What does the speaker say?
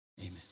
amen